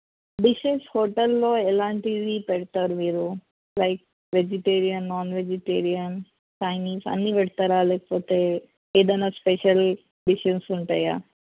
dishes హోటల్లో ఎలాంటివి పెడతారు మీరు like vegetarian non vegetarian Chinese అన్నీ పెడతారా లేకపోతే ఏదన్నా స్పెషల్ డిషెస్ ఉంటాయా